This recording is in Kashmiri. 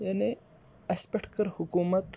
یعنی اَسہِ پٮ۪ٹھ کٔر حکوٗمت